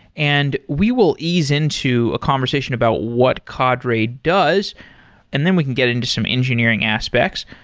and we will ease into a conversation about what cadre does and then we can get into some engineering aspects.